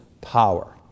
power